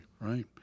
right